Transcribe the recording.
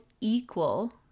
equal